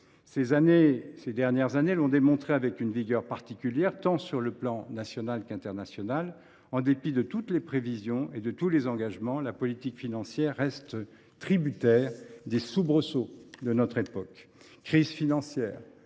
Ces dernières années l’ont démontré avec une vigueur particulière, sur le plan tant national qu’international : en dépit de toutes les prévisions et de tous les engagements, la politique financière reste tributaire des soubresauts de notre époque. Crises financières,